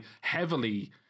heavily